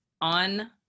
on